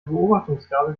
beobachtungsgabe